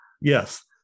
yes